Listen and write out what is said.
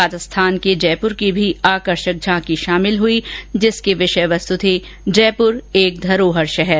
राजस्थान के जयपुर की भी आकर्षक झांकी शामिल हुई जिसका विषयवस्तु था जयपुर एक धरोहर शहर